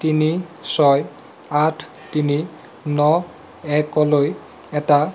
তিনি ছয় আঠ তিনি ন একলৈ এটা